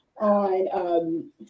on